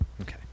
Okay